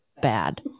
bad